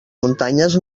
muntanyes